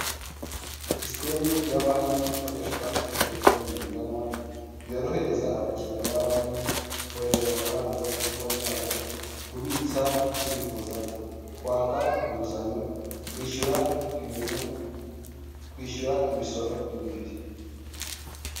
Sisitemu ya banki ikoreshwa muri telefone ngendanwa, yorohereza abakiriya ba banki: kohereza amafaranga kuri konti yabo, kubitsa no kubikuza, kwaka inguzanyo kwishyura ibintu, kwishyura imisoro n'ibindi.